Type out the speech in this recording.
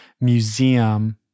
museum